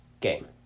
game